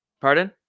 Pardon